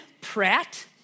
Pratt